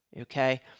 okay